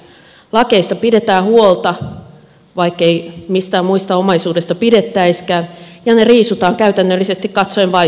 lakeista pidetään huolta vaikkei mistään muusta omaisuudesta pidettäisikään ja ne riisutaan käytännöllisesti katsoen vain suihkussa